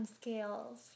scales